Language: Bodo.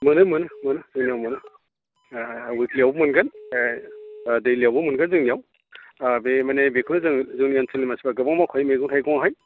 मोनो मोनो मोनो जोंनियाव मोनो उइकलि आवबो मोनगोन डेलि आवबो मोनो जोंनियाव बे मानि बेखौ जों जोंनि ओनसोलनि मानसिफ्रा गोबां मावखायो मैगं थायगंहाय